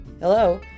Hello